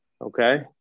Okay